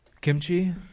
Kimchi